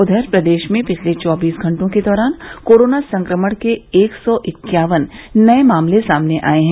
उधर प्रदेश में पिछले चौबीस घंटों के दौरान कोरोना संकमण के एक सौ इक्यावन नये मामले सामने आये हैं